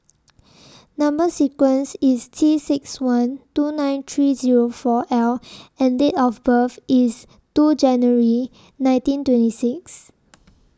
Number sequence IS T six one two nine three Zero four L and Date of birth IS two January nineteen twenty six